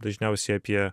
dažniausiai apie